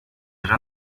jean